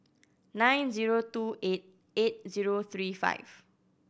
nine zero two eight eight zero three five